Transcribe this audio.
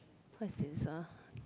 what's this !huh!